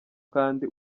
kandi